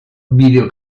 video